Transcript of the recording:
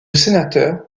sénateur